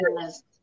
Yes